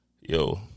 Yo